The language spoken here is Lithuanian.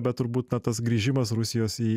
bet turbūt na tas grįžimas rusijos į